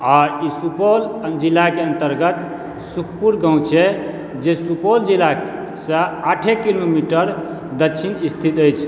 आ ई सुपौल जिलाके अंतर्गत सुखपुर गाँव छियै जे सुपौल जिलासँ आठे किलोमीटर दक्षिण स्थित अछि